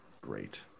Great